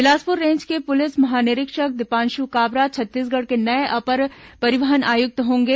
Bilaspur range के police महानिरीक्षक दीपांशु काबरा छत्तीसगढ़ के नये अपर परिवहन आयुक्त होंगे